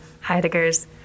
Heidegger's